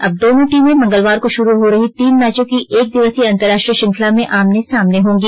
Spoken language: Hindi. अब दोनों टीमें मंगलवार को शुरू हो रही तीन मैचों की एक दिवसीय अंतर्राष्ट्रीय श्रृंखला में आमने सामने होंगी